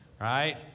right